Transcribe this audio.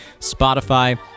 Spotify